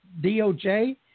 DOJ